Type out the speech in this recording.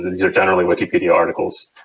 these are generally wikipedia articles.